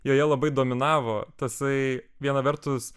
joje labai dominavo tasai viena vertus